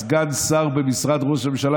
סגן שר במשרד ראש הממשלה,